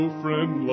friend